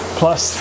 plus